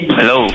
Hello